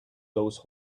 those